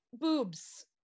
boobs